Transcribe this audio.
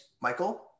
Michael